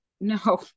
no